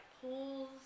pools